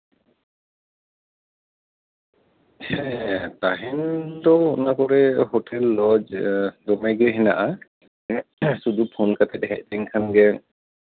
ᱦᱮᱸ ᱛᱟᱦᱮᱱ ᱫᱚ ᱚᱱᱟ ᱠᱚᱨᱮ ᱦᱳᱴᱮᱞ ᱞᱚᱡᱽ ᱫᱚᱢᱮ ᱜᱮ ᱦᱮᱱᱟᱜᱼᱟ ᱥᱩᱫᱩ ᱯᱷᱳᱱ ᱠᱟᱛᱮ ᱦᱮᱡ ᱞᱮᱱᱠᱷᱟᱱᱜᱮ